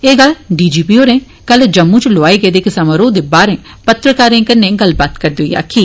एह् गल्ल D G P होरें कल जम्मू च लोआए गेदे इक समारोह दे बारै पत्रकारें कन्नै गल्ल करदे होई आक्खी